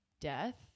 death